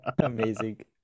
amazing